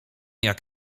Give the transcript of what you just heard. jak